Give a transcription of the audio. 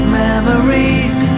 memories